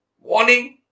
warning